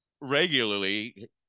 regularly